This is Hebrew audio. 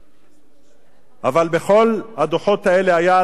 אבל בכל הדוחות האלה היה יותר מדיון אחד,